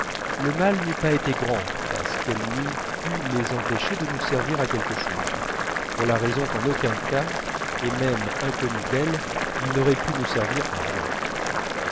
le mal n'eût pas été grand parce qu'elle n'eût pu les empêcher de nous servir à quelque chose pour la raison qu'en aucun cas et même inconnus d'elle ils n'auraient pu nous servir à rien